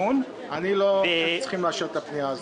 אני לא חושב שצריכים לאשר את הפנייה הזאת.